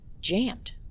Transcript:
jammed